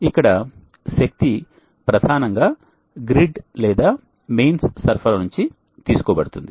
ఇక్కడ శక్తి ప్రధానంగా గ్రిడ్ లేదా మెయిన్స్ సరఫరా నుండి తీసుకోబడుతుంది